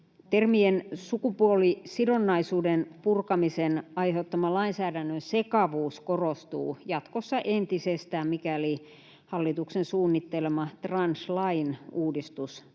Termien sukupuolisidonnaisuuden purkamisen aiheuttama lainsäädännön sekavuus korostuu jatkossa entisestään, mikäli hallituksen suunnittelema translain uudistus toteutuu